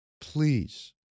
Please